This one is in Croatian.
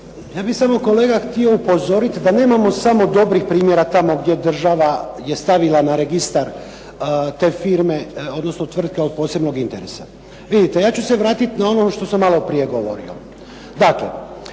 Ja bi samo kolega htio upozoriti da nemamo samo dobrih primjera tamo gdje država je stavila na registar te firme, odnosno tvrtke od posebnog interesa. Vidite, ja ću se vratiti na ono što sam maloprije govorio.